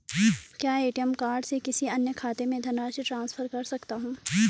क्या ATM card से किसी अन्य खाते में धनराशि ट्रांसफर कर सकता हूँ?